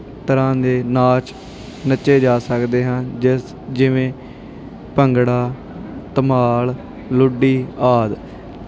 ਤਰ੍ਹਾਂ ਦੇ ਨਾਚ ਨੱਚੇ ਜਾ ਸਕਦੇ ਹਨ ਜਿਸ ਜਿਵੇਂ ਭੰਗੜਾ ਧਮਾਲ ਲੁੱਡੀ ਆਦਿ